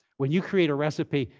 when you create a recipe,